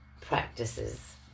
practices